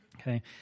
Okay